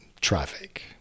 traffic